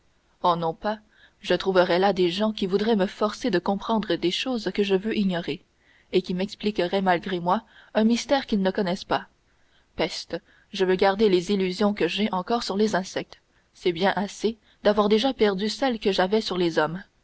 oh non pas je trouverais là des gens qui voudraient me forcer de comprendre des choses que je veux ignorer et qui m'expliqueraient malgré moi un mystère qu'ils ne connaissent pas peste je veux garder les illusions que j'ai encore sur les insectes c'est bien assez d'avoir déjà perdu celles que j'avais sur les hommes